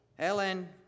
Ellen